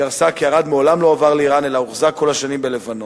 גרסה כי ארד מעולם לא הועבר לאירן אלא הוחזק כל השנים בלבנון.